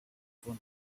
from